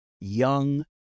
young